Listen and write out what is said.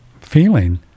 feeling